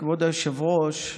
כבוד היושב-ראש,